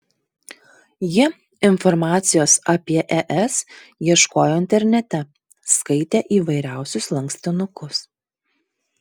ji informacijos apie es ieškojo internete skaitė įvairiausius lankstinukus